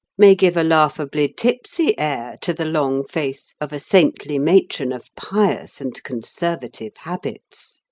may give a laughably tipsy air to the long face of a saintly matron of pious and conservative habits.